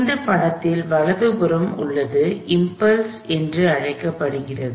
இந்த படத்தில் வலது புறம் உள்ளது இம்பல்ஸ் என்று அழைக்கப்படுகிறது